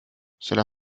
cela